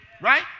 right